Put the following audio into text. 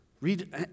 Read